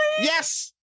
Yes